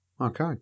okay